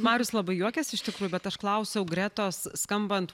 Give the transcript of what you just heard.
marius labai juokėsi iš tikrųjų bet aš klausiau gretos skambant